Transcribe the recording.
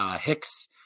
Hicks